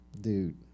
dude